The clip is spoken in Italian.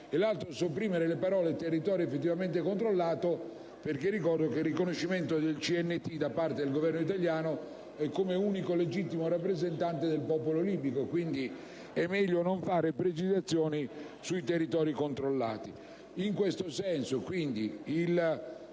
2011 e sopprimendo le parole «nel territorio da esso effettivamente controllato», perché ricordo che il riconoscimento del CNT da parte del Governo italiano è come unico legittimo rappresentante del popolo libico (quindi è meglio non fare precisazioni sui territori controllati).